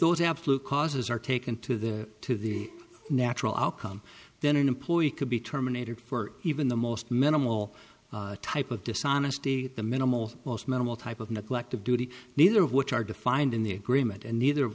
those absolute causes are taken to the to the natural outcome then an employee could be terminated for even the most minimal type of dishonesty the minimal most minimal type of neglect of duty neither of which are defined in the agreement and neither